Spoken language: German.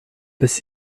bis